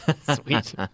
Sweet